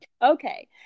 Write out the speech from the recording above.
Okay